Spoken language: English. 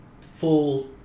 full